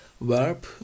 verb